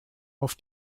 auf